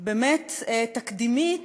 באמת תקדימית,